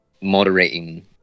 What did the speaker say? moderating